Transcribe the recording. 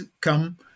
come